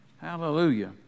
Hallelujah